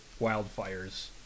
wildfires